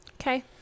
Okay